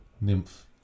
nymph